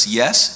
yes